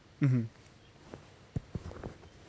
mmhmm